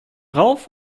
rauf